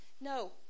No